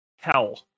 Hell